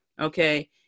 okay